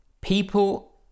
people